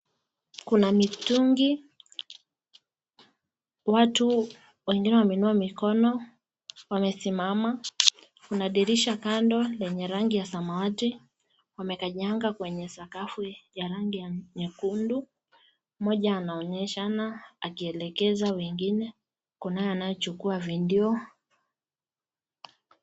Kuna mitungi. Watu wengine wamenuua mikono, wamesimama. Kuna dirisha kando lenye rangi ya samawati, wamekanyaga kwenye sakafu ya rangi ya nyekundu. Mmoja anaonyeshana akielekeza wengine, kuna anayechukua video[ cs].